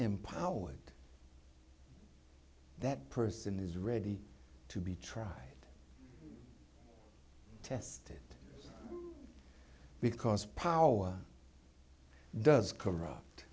empowered that person is ready to be tried tested because power does corrupt